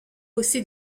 aussi